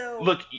look